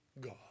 God